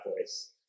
voice